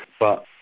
but